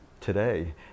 today